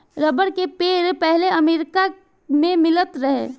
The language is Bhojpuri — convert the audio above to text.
रबर के पेड़ पहिले अमेरिका मे मिलत रहे